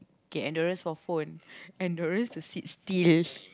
kay endurance for phone endurance to sit still